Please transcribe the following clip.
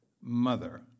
mother